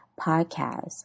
podcast